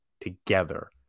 together